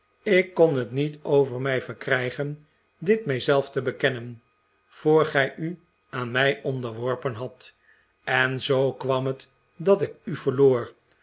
ik kon het niet over mij verkrijgen dit mij zelf te bekennen voor gij u aan mij onderworpen hadt en zoo kwam het dat ik u verloor